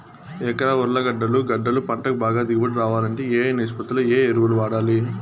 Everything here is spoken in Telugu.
ఎకరా ఉర్లగడ్డలు గడ్డలు పంటకు బాగా దిగుబడి రావాలంటే ఏ ఏ నిష్పత్తిలో ఏ ఎరువులు వాడాలి?